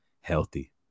healthy